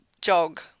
jog